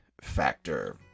Factor